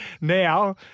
Now